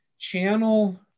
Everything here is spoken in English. channel